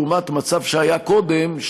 לעומת מצב שהיה קודם,